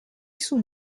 sous